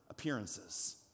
appearances